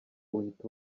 uhita